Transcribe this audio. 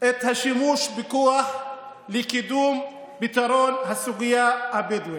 את השימוש בכוח לקידום פתרון הסוגיה הבדואית.